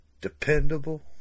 dependable